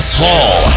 hall